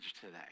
today